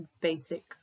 basic